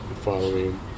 following